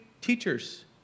teachers